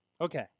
Okay